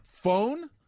Phone